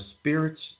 spirits